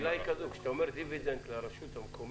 כשאתה אומר "דיבידנד לרשות המקומית",